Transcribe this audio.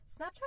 Snapchat